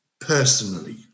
personally